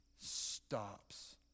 stops